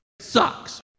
Sucks